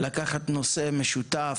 ולקחת נושא משותף.